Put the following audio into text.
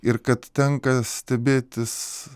ir kad tenka stebėtis